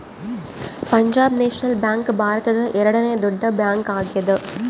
Punjab national bank ಭಾರತದ ಎರಡನೆ ದೊಡ್ಡ ಬ್ಯಾಂಕ್ ಆಗ್ಯಾದ